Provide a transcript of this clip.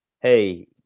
hey